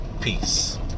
Peace